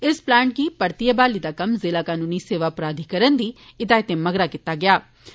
इस प्लांट दी परतिएं बहाली दा कम्म ज़िला कनूनी सेवां प्राधिकरण दी हिदायतें मगरा कीता गेआ हा